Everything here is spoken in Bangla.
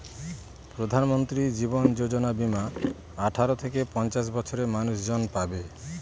প্রধানমন্ত্রী জীবন যোজনা বীমা আঠারো থেকে পঞ্চাশ বছরের মানুষজন পাবে